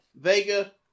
Vega